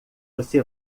você